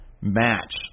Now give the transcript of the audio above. match